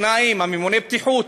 ממונה הבטיחות,